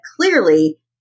clearly